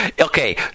okay